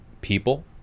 people